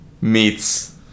meets